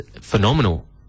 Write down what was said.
phenomenal